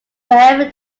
wherever